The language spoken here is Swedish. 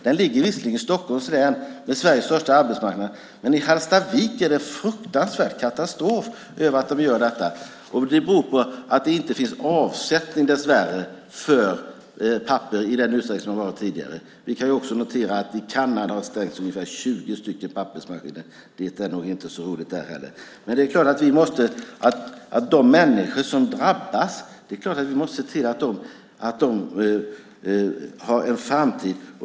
Den ligger visserligen i Stockholms län, med Sveriges största arbetsmarknad, men i Hallstavik är det en fruktansvärd katastrof att de gör detta. Det beror på att det dessvärre inte finns avsättning för papper i den utsträckning som det har funnits tidigare. Vi kan också notera att man i Kanada har stängt av ungefär 20 pappersmaskiner. Det är nog inte så roligt där heller. Det är klart att vi måste se till att de människor som drabbas har en framtid.